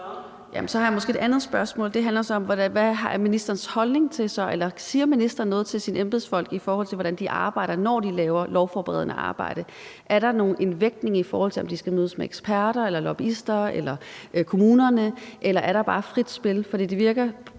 Så har jeg måske et andet spørgsmål, og det handler om, om ministeren siger noget til sine embedsfolk i forhold til, hvordan de arbejder, når de laver lovforberedende arbejde. Er der en vægtning, i forhold til om de skal mødes med eksperter eller lobbyister eller kommunerne? Eller er der bare frit spil?